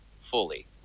fully